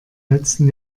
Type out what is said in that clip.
letzten